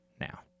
now